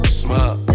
smile